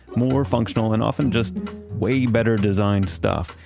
more functional, and often just way better designed stuff.